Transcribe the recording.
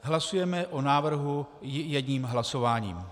Hlasujeme o návrhu jedním hlasováním.